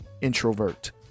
introvert